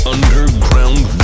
Underground